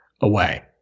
away